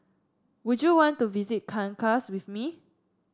would you want to visit Caracas with me